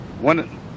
one